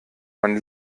man